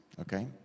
Okay